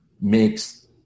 makes